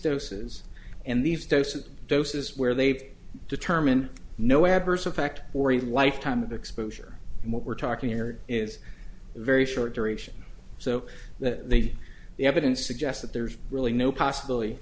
doses and these doses doses where they've determined no adverse effect or even lifetime of exposure and what we're talking here is very short duration so that they get the evidence suggests that there's really no possibility